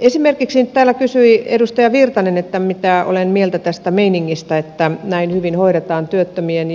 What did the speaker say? esimerkiksi edustaja virtanen täällä kysyi mitä olen mieltä tästä meiningistä että näin hyvin hoidetaan työttömien